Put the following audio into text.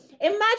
Imagine